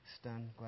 stunned